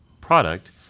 product